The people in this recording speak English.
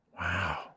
Wow